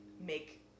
make